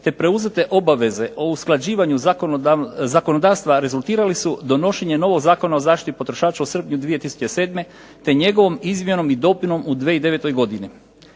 te preuzete obaveze o usklađivanju zakonodavstva rezultirali su donošenjem novog Zakona o zašiti potrošača u srpnju 2007. te njegovom izmjenom i dopunom u 2009. godini.